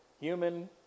human